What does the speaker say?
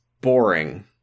boring